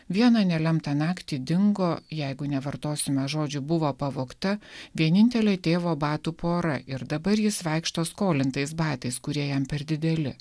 vieną nelemtą naktį dingo jeigu nevartosime žodžio buvo pavogta vienintelė tėvo batų pora ir dabar jis vaikšto skolintais batais kurie jam per dideli